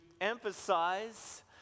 emphasize